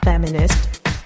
feminist